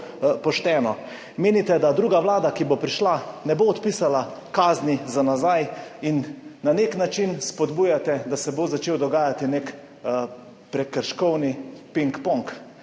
pošteno? Menite, da druga vlada, ki bo prišla, ne bo odpisala kazni za nazaj? Na nek način spodbujate, da se bo začel dogajati nek prekrškovni pingpong.